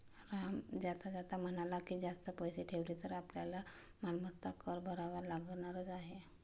राम जाता जाता म्हणाला की, जास्त पैसे ठेवले तर आपल्याला मालमत्ता कर भरावा लागणारच आहे